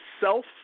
self